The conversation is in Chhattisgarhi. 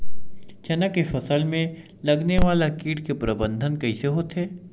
चना के फसल में लगने वाला कीट के प्रबंधन कइसे होथे?